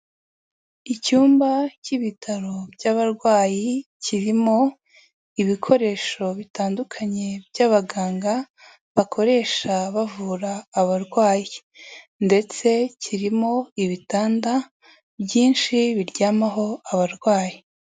Icyumba cy'ibitaro by'abarwayi kirimo ibikoresho bitandukanye by'abaganga bakoresha bavura abarwayi, ndetse kirimo ibitanda byinshi biryamaho abarwayi.